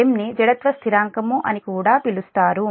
M ని జడత్వ స్థిరాంకం అని కూడా పిలుస్తారు